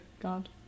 God